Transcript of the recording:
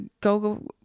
go